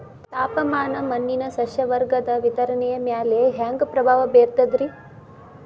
ತಾಪಮಾನ ಮಣ್ಣಿನ ಸಸ್ಯವರ್ಗದ ವಿತರಣೆಯ ಮ್ಯಾಲ ಹ್ಯಾಂಗ ಪ್ರಭಾವ ಬೇರ್ತದ್ರಿ?